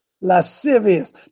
Lascivious